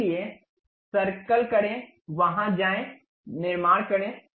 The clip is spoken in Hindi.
इसलिए सर्कल करें वहां जाएं निर्माण करें